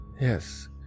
Yes